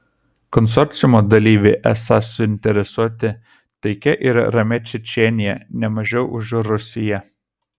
konsorciumo dalyviai esą suinteresuoti taikia ir ramia čečėnija ne mažiau už rusiją